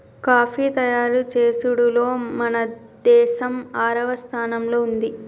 coffee తయారు చేసుడులో మన దేసం ఆరవ స్థానంలో ఉంది